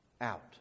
out